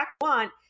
want